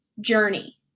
journey